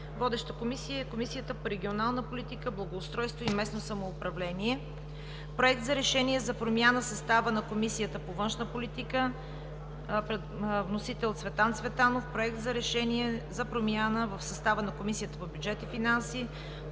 Водеща е Комисията по регионална политика, благоустройство и местно самоуправление; - Проект за решение за промяна в състава на Комисията по външна политика. Вносител е Цветан Цветанов; - Проект за решение за промяна в състава на Комисията по бюджет и финанси.